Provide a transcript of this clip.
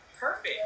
perfect